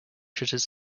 shutters